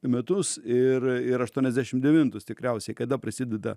metus ir ir aštuoniasdešim devintus tikriausiai kada prasideda